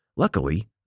Luckily